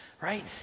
right